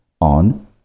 on